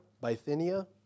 Bithynia